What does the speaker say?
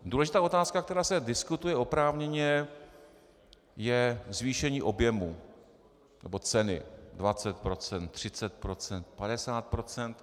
Důležitá otázka, která se diskutuje oprávněně, je zvýšení objemu nebo ceny 20 %, 30 %, 50 %.